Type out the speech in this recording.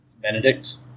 Benedict